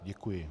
Děkuji.